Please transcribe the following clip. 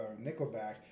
Nickelback